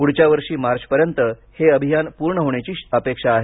पुढच्या वर्षी मार्चपर्यंत हे अभियान पूर्ण होण्याची अपेक्षा आहे